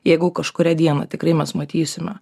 jeigu kažkurią dieną tikrai mes matysime